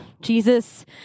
Jesus